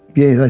yeah, like